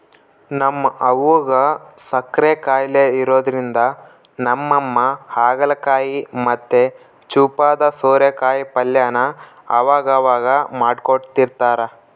ನಮ್ ಅವ್ವುಗ್ ಸಕ್ಕರೆ ಖಾಯಿಲೆ ಇರೋದ್ರಿಂದ ನಮ್ಮಮ್ಮ ಹಾಗಲಕಾಯಿ ಮತ್ತೆ ಚೂಪಾದ ಸ್ವಾರೆಕಾಯಿ ಪಲ್ಯನ ಅವಗವಾಗ ಮಾಡ್ಕೊಡ್ತಿರ್ತಾರ